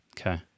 Okay